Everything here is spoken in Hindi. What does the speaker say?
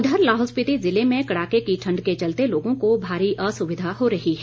उधर लाहौल स्पीति ज़िले में कड़ाके की ठण्ड के चलते लोगों को भारी असुविधा हो रही है